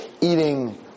eating